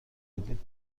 بودیم